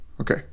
Okay